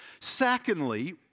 Secondly